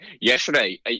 yesterday